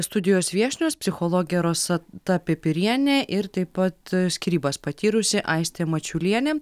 studijos viešnios psichologė rosata pipirienė ir taip pat skyrybas patyrusi aistė mačiulienė